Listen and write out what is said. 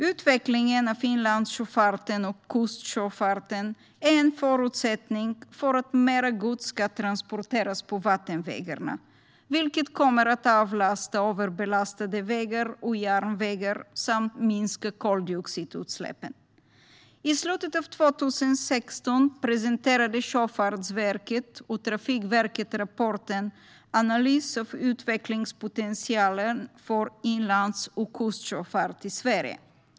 Utvecklingen av inlandssjöfarten och kustsjöfarten, fru talman, är en förutsättning för att mer gods ska transporteras på vattenvägarna, vilket kommer att avlasta överbelastade vägar och järnvägar samt minska koldioxidutsläppen. I slutet av 2016 presenterade Sjöfartsverket och Trafikverket rapporten Analys av utvecklingspotentialen för inlands och kustsjöfart i Sverige .